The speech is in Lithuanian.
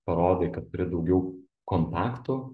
parodai kad turi daugiau kontaktų